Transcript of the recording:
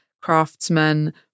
craftsmen